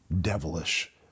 devilish